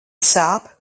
sāp